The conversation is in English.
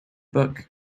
book